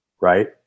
right